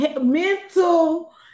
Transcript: mental